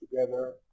together